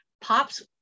Pops